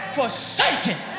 forsaken